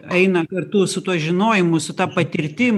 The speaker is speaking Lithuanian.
eina kartu su tuo žinojimu su ta patirtim